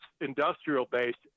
industrial-based